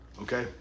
Okay